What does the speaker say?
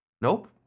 Nope